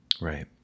Right